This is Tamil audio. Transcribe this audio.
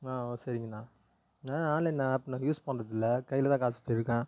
ஆ ஓ சரிங்கண்ணா ஆ ஆன்லைன் ஆப்பு நான் யூஸ் பண்ணுறதில்ல கையில் தான் காசு வெச்சிருக்கேன்